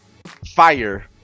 fire